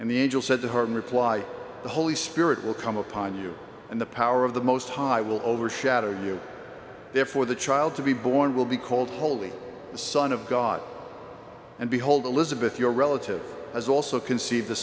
and the angel said the heart replied the holy spirit will come upon you and the power of the most high will overshadow you therefore the child to be born will be called holy the son of god and behold elizabeth your relative has also conceived the